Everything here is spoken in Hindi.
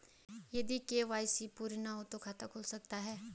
यदि के.वाई.सी पूरी ना हो तो खाता खुल सकता है?